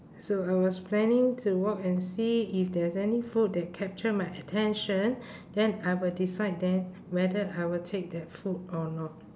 so I was planning to walk and see if there is any food that capture my attention then I will decide then whether I will take that food or not